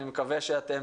אני מקווה שאתם